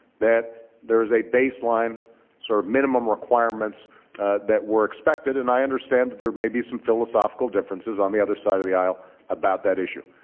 that there's a baseline sort of minimum requirements that were expected. and i understand that there may be some philosophical differences on the other side of the aisle about that issue.